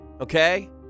okay